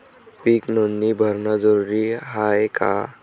पीक नोंदनी भरनं जरूरी हाये का?